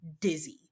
dizzy